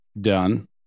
done